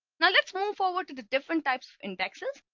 now, let's move forward to the different types of indexes.